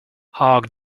hark